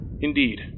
Indeed